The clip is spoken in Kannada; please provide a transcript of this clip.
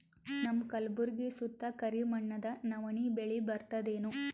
ನಮ್ಮ ಕಲ್ಬುರ್ಗಿ ಸುತ್ತ ಕರಿ ಮಣ್ಣದ ನವಣಿ ಬೇಳಿ ಬರ್ತದೇನು?